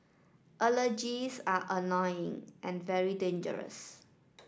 allergies are annoying and very dangerous